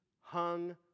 hung